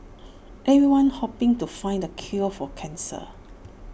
everyone's hoping to find the cure for cancer